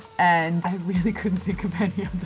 and i really couldn't think of any